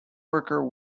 worker